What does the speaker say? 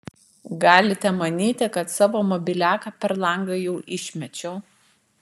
galite manyti kad savo mobiliaką per langą jau išmečiau